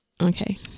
Okay